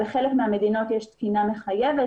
בחלק מהמדינות יש תקינה מחייבת.